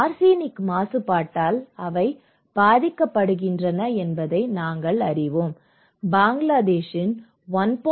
arsenic மாசுபாட்டால் அவை பாதிக்கப்படுகின்றன என்பதை நாங்கள் அறிவோம் பங்களாதேஷின் 1